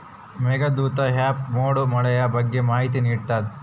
Meghdoot app ಮೋಡ ಮಳೆಯ ಬಗ್ಗೆ ಮಾಹಿತಿ ನಿಡ್ತಾತ